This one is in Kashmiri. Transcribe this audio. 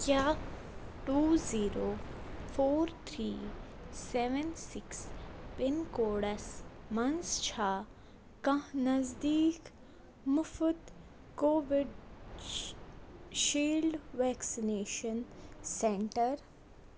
کیٛاہ two zero four three seven six pin codes منٛز چھا کانٛہہ نزدیٖک مُفُت کووِڈ شیٖلڈ وٮ۪کسِنیشن سٮ۪نٛٹر